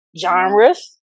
genres